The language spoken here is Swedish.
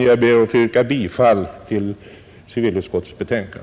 Jag yrkar bifall till utskottets hemställan.